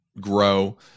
grow